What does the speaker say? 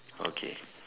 okay